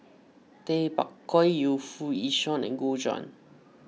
Tay Bak Koi Yu Foo Yee Shoon and Gu Juan